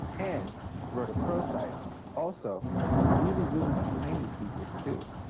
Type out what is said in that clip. and rhodochrosite also has really, really tiny pieces, too.